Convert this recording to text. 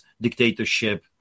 dictatorship